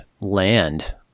land